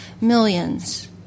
millions